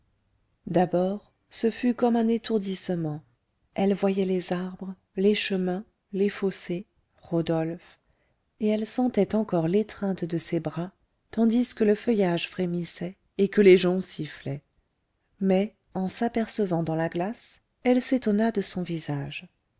d'abord ce fut comme un étourdissement elle voyait les arbres les chemins les fossés rodolphe et elle sentait encore l'étreinte de ses bras tandis que le feuillage frémissait et que les joncs sifflaient mais en s'apercevant dans la glace elle s'étonna de son visage